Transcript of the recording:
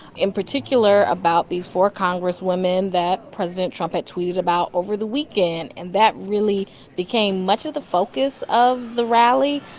in particular about these four congresswomen that president trump had tweeted about over the weekend. and that really became much of the focus of the rally.